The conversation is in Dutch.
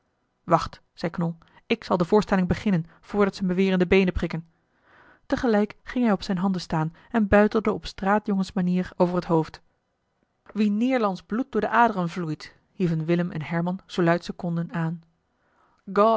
wacht zei knol ik zal de voorstelling beginnen voordat ze me weer in de beenen prikken tegelijk ging hij op zijne handen staan en buitelde op straatjongensmanier over het hoofd wien neerlandsch bloed door de aderen vloeit hieven willem en herman zoo luid ze konden aan